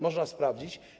Można sprawdzić.